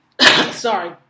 sorry